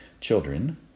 Children